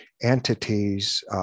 entities